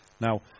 now